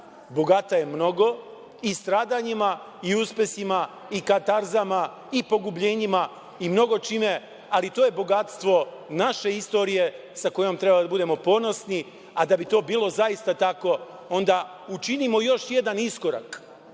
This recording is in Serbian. bogata je mnogo i stradanjima i uspesima i katarzama i pogubljenjima i mnogo čime, ali to je bogatstvo naše istorije sa kojom treba da budemo ponosni, a da bi to bilo zaista tako onda učinimo još jedan iskorak